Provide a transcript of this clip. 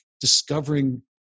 discovering